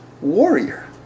warrior